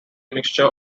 mixture